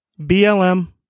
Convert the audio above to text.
BLM